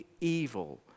evil